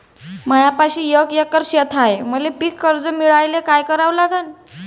मायापाशी एक एकर शेत हाये, मले पीककर्ज मिळायले काय करावं लागन?